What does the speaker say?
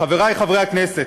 חברי חברי הכנסת,